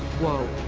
whoa,